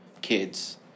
kids